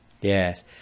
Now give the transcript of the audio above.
yes